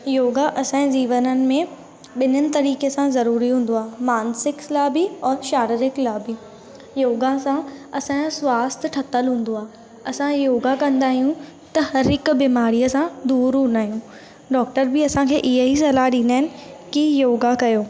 योगा असांजे जीवनि में ॿिनि हिन तरीक़े सां ज़रूरी हूंदो आहे मानसिक लाइ बि ऐं शारीरिक लाइ बि योगा सां असांजो स्वास्थ्य ठहियल हूंदो आहे असां योगा कंदा आहियूं त हर हिक बीमारी सां दूरि हूंदा आहियूं डॉक्टर बि असांखे इहा ई सलाहु ॾींदा आहिनि कि योगा कयो